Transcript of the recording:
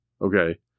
Okay